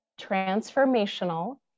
transformational